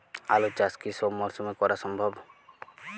আলু চাষ কি সব মরশুমে করা সম্ভব?